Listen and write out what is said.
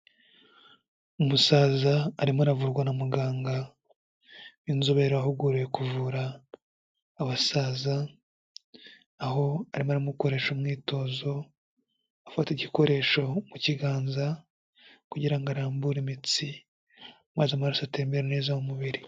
Umusaza arimo aravurwa na muganga w'inzobere wahuguriwe kuvura abasaza, aho arimo aramukoresha umwitozo, afata igikoresho mu kiganza kugira ngo arambure imitsi maze amaraso atembere neza mu mubiri.